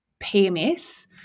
pms